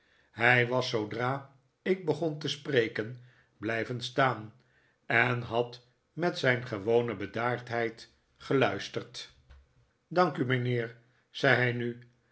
hij was zoodra ik begon te spreken blijven staan en had met zijn gewone bedaardheid geluisterd dank u mijnheer zei hij nu